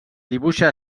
dibuixa